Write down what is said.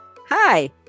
hi